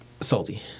Salty